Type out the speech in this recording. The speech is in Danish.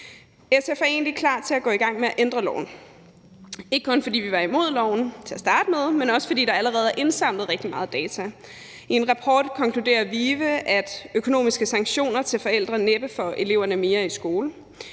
SF er egentlig klar til at gå i gang med at ændre loven, ikke kun fordi vi var imod loven til at starte med, men også, fordi der allerede er indsamlet rigtig meget data. I en rapport konkluderer VIVE, at økonomiske sanktioner til forældre næppe får eleverne mere i skole.